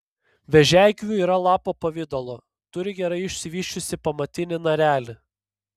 vėžiagyvių yra lapo pavidalo turi gerai išsivysčiusį pamatinį narelį